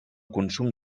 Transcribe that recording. consum